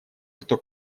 кто